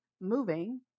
moving